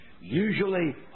usually